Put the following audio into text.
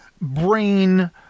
brain